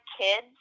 kids